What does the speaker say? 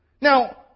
Now